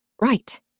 Right